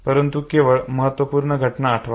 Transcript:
परंतु केवळ महत्त्वपूर्ण घटना आठवा